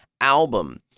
album